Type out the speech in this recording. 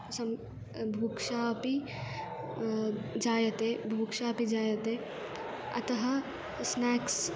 सं बुभुक्षा अपि जायते बुभुक्षा अपि जायते अतः स्न्याक्स्